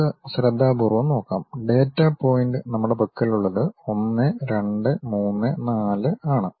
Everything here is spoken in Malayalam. നമുക്ക് ശ്രദ്ധാപൂർവ്വം നോക്കാം ഡാറ്റ പോയിൻ്റ് നമ്മുടെ പക്കലുള്ളത് 1 2 3 4 ആണ്